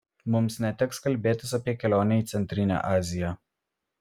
mums neteks kalbėtis apie kelionę į centrinę aziją